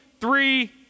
three